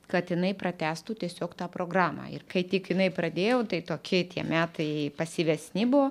kad jinai pratęstų tiesiog tą programą ir kai tik jinai pradėjo tai tokie tie metai pasyvesni buvo